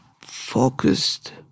focused